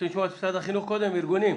נציג משרד החינוך בבקשה.